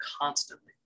constantly